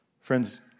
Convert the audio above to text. Friends